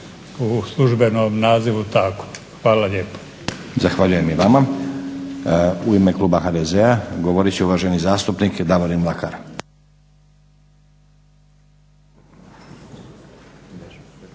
u službenom nazivu tako. Hvala lijepo. **Stazić, Nenad (SDP)** Zahvaljujem i vama. U ime kluba HDZ-a govorit će uvaženi zastupnik Davorin Mlakar.